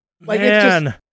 man